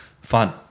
fun